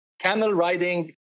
camel-riding